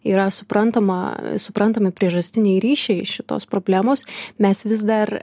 yra suprantama suprantami priežastiniai ryšiai šitos problemos mes vis dar